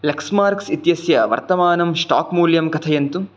Lexmarks इत्यस्य वर्तमानं stock मूल्यं कथयन्तु